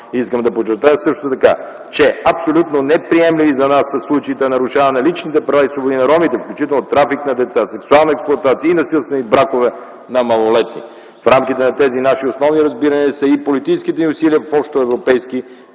Искам да подчертая също така, че абсолютно неприемливи за нас са случаите на нарушаване на личните права и свободи на ромите, включително трафик на деца, сексуална експлоатация и насилствени бракове на малолетни. В рамките на тези наши основни разбирания са и политическите ни усилия в общоевропейски